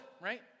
right